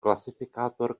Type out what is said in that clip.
klasifikátor